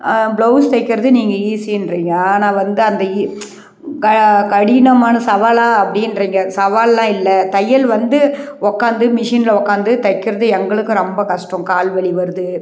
blouse தைக்கிறது நீங்கள் ஈஸிங்றிங்க ஆனால் வந்து அந்த இ க கடினமான சவாலாக அப்படின்றிங்க சவாவெல்லாம் இல்லை தையல் வந்து உக்காந்து மிஷினில் உக்காந்து தைக்கிறது எங்களுக்கும் ரொம்ப கஷ்டம் கால்வலி வருது